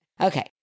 Okay